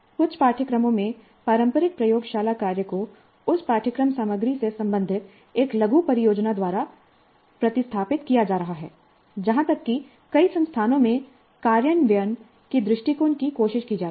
कुछ पाठ्यक्रमों में पारंपरिक प्रयोगशाला कार्य को उस पाठ्यक्रम सामग्री से संबंधित एक लघु परियोजना द्वारा प्रतिस्थापित किया जा रहा है यहां तक कि कई संस्थानों में कार्यान्वयन के दृष्टिकोण की कोशिश की जा रही है